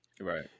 Right